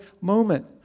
moment